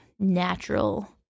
Natural